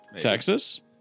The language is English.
Texas